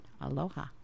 Aloha